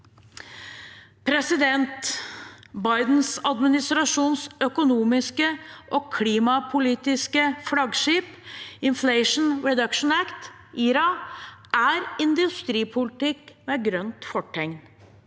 og sikkerhet. Biden-administrasjonens økonomiske og klimapolitiske flaggskip, Inflation Reduction Act, IRA, er industripolitikk med grønt fortegn.